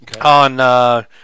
on